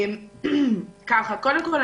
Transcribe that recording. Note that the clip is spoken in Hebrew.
קודם כל,